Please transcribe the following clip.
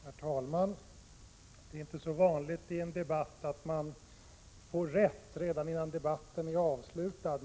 Herr talman! Det är inte så vanligt i en debatt att man får rätt redan innan debatten är avslutad.